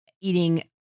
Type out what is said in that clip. eating